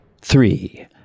three